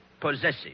possessive